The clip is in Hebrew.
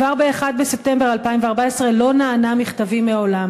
ב-1 בספטמבר 2014, לא נענה מכתבי מעולם.